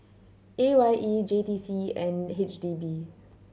A Y E J T C and H D B